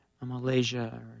Malaysia